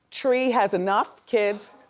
tree has enough kids.